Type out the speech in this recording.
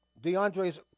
DeAndre's